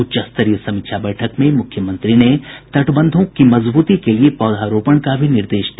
उच्च स्तरीय समीक्षा बैठक में मुख्यमंत्री ने तटबंधों की मजबूती के लिए पौधारोपण का भी निर्देश दिया